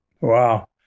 Wow